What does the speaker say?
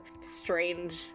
strange